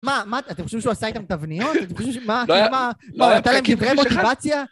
מה, מה, אתם חושבים שהוא עשה איתם תבניות? אתם חושבים שהוא, מה, כאילו מה, מה, הוא עשה להם כתרי מוטיבציה?